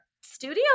studio